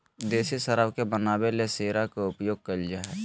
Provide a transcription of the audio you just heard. देसी शराब के बनावे ले शीरा के प्रयोग कइल जा हइ